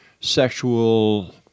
sexual